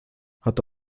hat